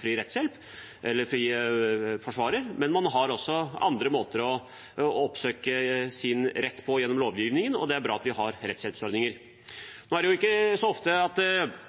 fri rettshjelp, fri forsvarer, men at man har andre måter å oppsøke sin rett på gjennom lovgivningen. Det er bra at vi har rettshjelpsordninger. Nå er det ikke så ofte at